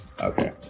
Okay